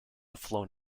flown